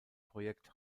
projekt